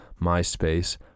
MySpace